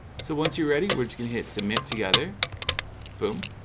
so once you're ready, we're just gonna hit submit together boom